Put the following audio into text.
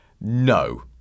no